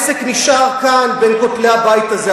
והעסק נשאר כאן בין כותלי הבית הזה.